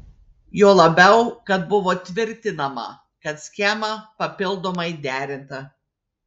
juo labiau kad buvo tvirtinama kad schema papildomai derinta